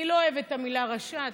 אני לא אוהבת את המילה "ראשת",